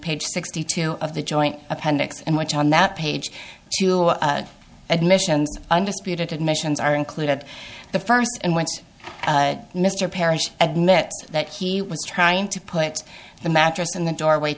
page sixty two of the joint appendix and which on that page admissions undisputed admissions are included the first and once mr parrish admits that he was trying to put the mattress in the doorway